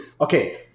Okay